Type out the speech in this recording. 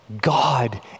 God